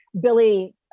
Billy